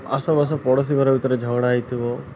ଆସବାସ ପଡ଼ୋଶୀ ଘର ଭିତରେ ଝଗଡ଼ା ହୋଇଥିବ